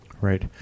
Right